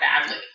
badly